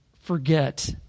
forget